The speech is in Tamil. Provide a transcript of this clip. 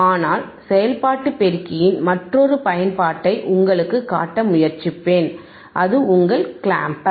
ஆனால் செயல்பாட்டு பெருக்கியின் மற்றொரு பயன்பாட்டை உங்களுக்குக் காட்ட முயற்சிப்பேன் அது உங்கள் கிளாம்பர்